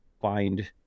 find